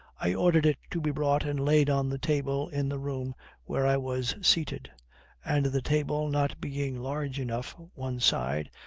i ordered it to be brought and laid on the table in the room where i was seated and the table not being large enough, one side,